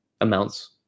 amounts